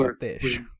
fish